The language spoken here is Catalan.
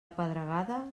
pedregada